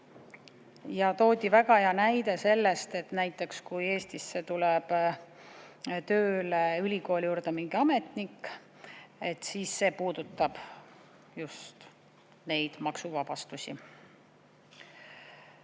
Ja toodi väga hea näide sellest, et näiteks, kui Eestisse tuleb tööle ülikooli juurde mingi ametnik, siis see puudutab just neid maksuvabastusi.